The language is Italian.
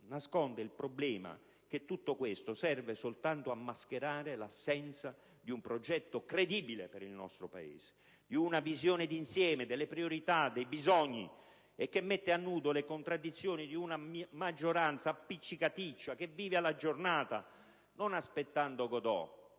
dei problemi: che tutto questo serve soltanto a mascherare l'assenza di un progetto credibile per il nostro Paese e di una visione d'insieme delle priorità e dei bisogni, e mette a nudo le contraddizioni di una maggioranza appiccicaticcia che vive alle giornata, non «aspettando Godot»,